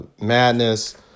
madness